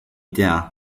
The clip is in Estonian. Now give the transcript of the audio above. tea